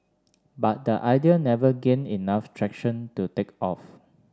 but the idea never gained enough traction to take off